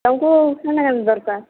ତୁମକୁ କେନ୍ତା କେନ୍ତା ଦରକାର